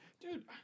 Dude